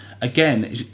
again